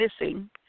missing